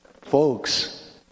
folks